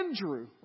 Andrew